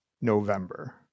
November